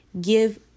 give